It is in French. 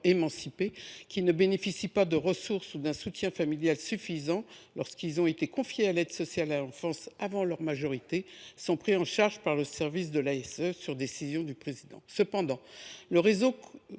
émancipés qui ne bénéficient pas de ressources ou d’un soutien familial suffisants, lorsqu’ils ont été confiés à l’aide sociale à l’enfance avant leur majorité », sont pris en charge par le service de l’aide sociale à l’enfance sur